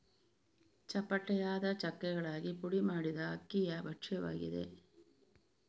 ಚಪ್ಪಟೆಯಾದ ಚಕ್ಕೆಗಳಾಗಿ ಪುಡಿ ಮಾಡಿದ ಅಕ್ಕಿಯ ಭಕ್ಷ್ಯವಾಗಿದೆ